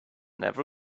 never